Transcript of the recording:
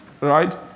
Right